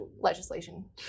legislation